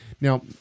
Now